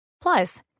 Plus